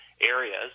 areas